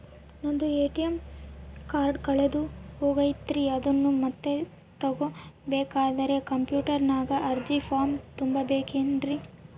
ನಂದು ATM card ಕಳೆದು ಹೋಗೈತ್ರಿ ಅದನ್ನು ಮತ್ತೆ ತಗೋಬೇಕಾದರೆ ಕಂಪ್ಯೂಟರ್ ನಾಗ ಅರ್ಜಿ ಫಾರಂ ತುಂಬಬೇಕನ್ರಿ?